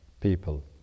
people